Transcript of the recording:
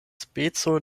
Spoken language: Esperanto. speco